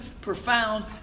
profound